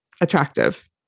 attractive